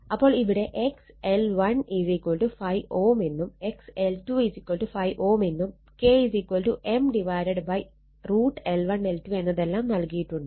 അപ്പോൾ ഇവിടെ X L 1 5 Ω എന്നും XL 2 5 Ω എന്നും K M √ L1 L2 എന്നതെല്ലാം നൽകിയിട്ടുണ്ട്